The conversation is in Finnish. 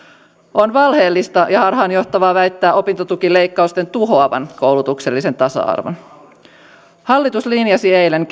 on valheellista ja harhaanjohtavaa väittää opintotukileikkausten tuhoavan koulutuksellisen tasa arvon hallitus linjasi eilen